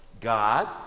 God